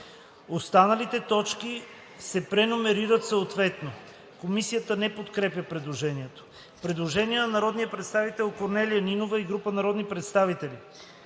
Останалите точки се преномерират съответно.“ Комисията не подкрепя предложението. Предложение на народния представител Корнелия Нинова и група народни представители: